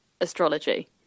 astrology